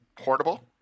portable